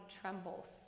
trembles